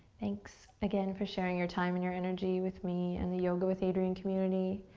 thanks again for sharing your time and your energy with me and the yoga with adriene community.